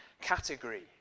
Category